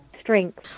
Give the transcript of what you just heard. strength